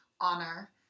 honor